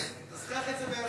אז קח את זה בעירבון מוגבל.